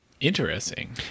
interesting